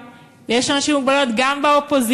ויש אנשים עם מוגבלויות גם באופוזיציה,